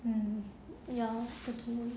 um ya could be